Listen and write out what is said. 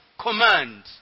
command